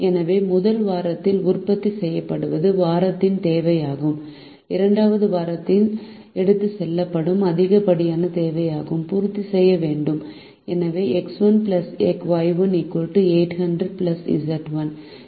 எனவே முதல் வாரத்தில் உற்பத்தி செய்யப்படுவது வாரத்தின் தேவையையும் இரண்டாவது வாரத்திற்கு எடுத்துச் செல்லப்படும் அதிகப்படியான தேவைகளையும் பூர்த்தி செய்ய வேண்டும் எனவே X1 Y1 800 Z1